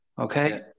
Okay